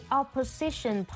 opposition